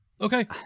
Okay